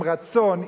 עם רצון,